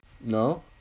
no